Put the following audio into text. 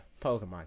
Pokemon